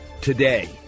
today